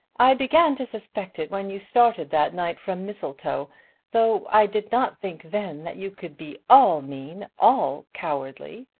i began to suspect it when you started that night from mistletoe though i did not think then that you could be all mean, all cowardly.